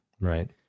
Right